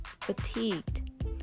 fatigued